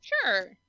Sure